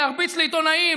להרביץ לעיתונאים,